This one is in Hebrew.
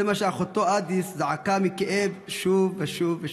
זה מה שאחותו אדיס זעקה מכאב שוב ושוב ושוב.